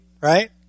right